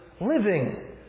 living